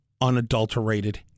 unadulterated